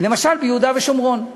למשל ביהודה ושומרון,